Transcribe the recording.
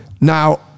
Now